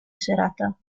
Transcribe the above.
serata